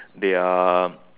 they are